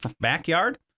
backyard